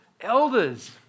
elders